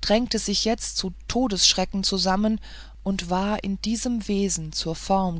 drängte sich jetzt zu todesschrecken zusammen und war in diesem wesen zur form